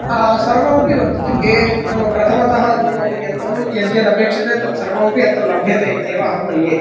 सर्वमपि वर्तते ये मम प्रथमतः अन्तिमपर्यन्तं यद् यद् अपेक्ष्यते तत् सर्वमपि अत्र लभ्यते इति एव अहं मन्ये